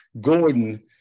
Gordon